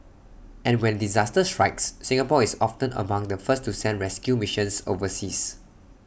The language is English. and when disaster strikes Singapore is often among the first to send rescue missions overseas